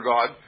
God